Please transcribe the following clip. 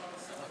נפלתם.